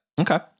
Okay